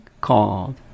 called